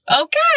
okay